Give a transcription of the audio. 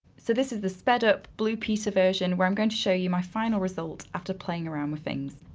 so this is the sped up blue peter version, where i'm going to show you my final results after playing around with things.